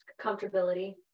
comfortability